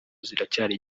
ziracyari